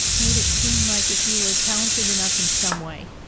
made it seem like if you were talented enough in some way